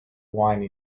wine